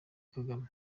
kagame